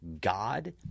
God